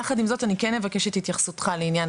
יחד עם זאת אני אבקש התייחסותך לעניין